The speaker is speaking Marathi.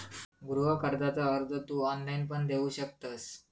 गृह कर्जाचो अर्ज तू ऑनलाईण पण देऊ शकतंस